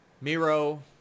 Miro